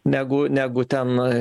negu negu ten